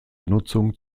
nutzung